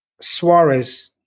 Suarez